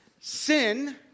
Sin